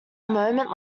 moment